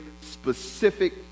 specific